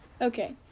Okay